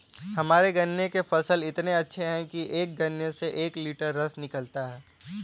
हमारे गन्ने के फसल इतने अच्छे हैं कि एक गन्ने से एक लिटर रस निकालता है